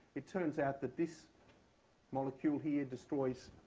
it turns out that this molecule here destroys